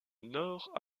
nord